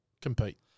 compete